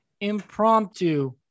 impromptu